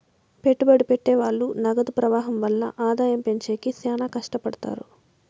పెట్టుబడి పెట్టె వాళ్ళు నగదు ప్రవాహం వల్ల ఆదాయం పెంచేకి శ్యానా కట్టపడుతారు